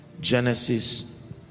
Genesis